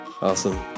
Awesome